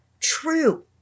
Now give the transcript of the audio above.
true